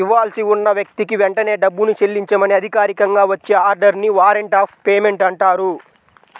ఇవ్వాల్సి ఉన్న వ్యక్తికి వెంటనే డబ్బుని చెల్లించమని అధికారికంగా వచ్చే ఆర్డర్ ని వారెంట్ ఆఫ్ పేమెంట్ అంటారు